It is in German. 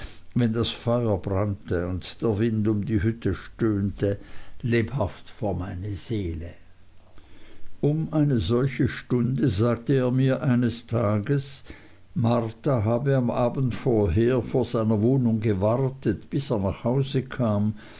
wenn das feuer brannte und der wind um die hütte stöhnte lebhaft vor meine seele um eine solche stunde sagte er mir eines tages marta habe am abend vorher vor seiner wohnung gewartet bis er nach hause kam